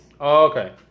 Okay